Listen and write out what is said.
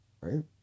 right